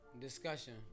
Discussion